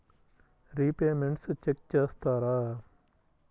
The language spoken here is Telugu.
రిపేమెంట్స్ చెక్ చేస్తారా?